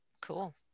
Cool